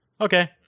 okay